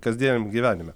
kasdieniam gyvenime